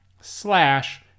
slash